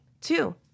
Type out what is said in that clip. Two